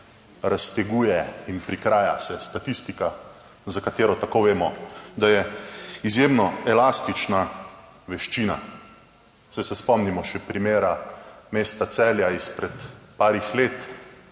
razteguje in prikraja se statistika, za katero tako vemo, da je izjemno elastična veščina, saj se spomnimo še primera mesta Celja izpred parih let,